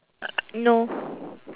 no